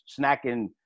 snacking